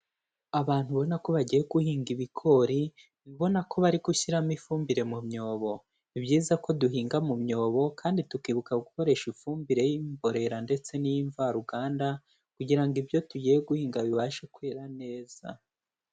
Abantu ubona ko bagiye guhinga ibigori, ubona ko bari gushyiramo ifumbire mu myobo. Ni byiza ko duhinga mu myobo kandi tukibuka gukoresha ifumbire y'imborera ndetse n'iy'imvaruganda, kugira ngo ibyo tugiye guhinga bibashe kwera neza.